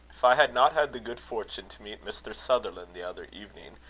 if i had not had the good fortune to meet mr. sutherland the other evening,